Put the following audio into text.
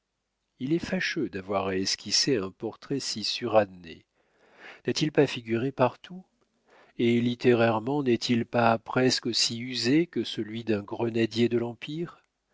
il est fâcheux d'avoir à esquisser un portrait si suranné n'a-t-il pas figuré partout et littérairement n'est-il pas presque aussi usé que celui d'un grenadier de l'empire